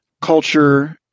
culture